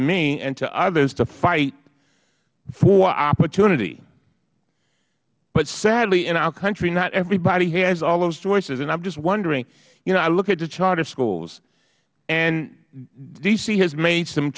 me and to others to fight for opportunity but sadly in our country not everybody has all those choices and i am just wondering you know i look at the charter schools and d c has made some